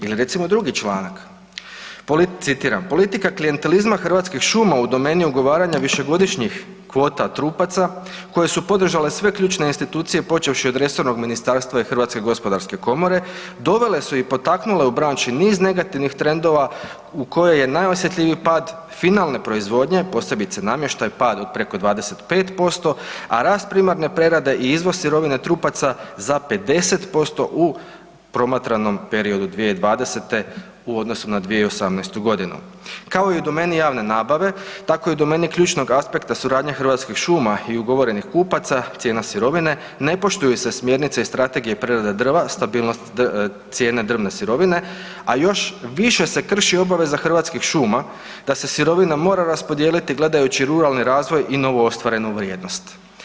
Ili recimo drugi članak, citiram: „Politika klijentelizma Hrvatskih šuma u domeni ugovaranja višegodišnjih kvota trupaca koje su podržale sve ključne institucije počevši od resornog ministarstva i HGK dovele su i potaknule u branši niz negativnih trendova u kojoj je najosjetljiviji pad finalne proizvodnje, posebice namještaja, pad od preko 25%, a rast primarne prerade i izvoz sirovine trupaca za 50% u promatranom periodu 2020. u odnosu na 2018.g. kao i u domeni javne nabave tako i u domeni ključnog aspekta suradnje Hrvatskih šuma i ugovorenih kupaca cijena sirovine ne poštuju se smjernice prerade država, stabilnost cijene drvne sirovine, a još više se krši obaveza Hrvatskih šuma da se sirovina mora raspodijeliti gledajući ruralni razvoj i novo ostvarenu vrijednost.